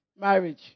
marriage